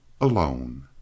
alone